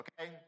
okay